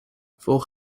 volg